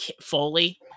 Foley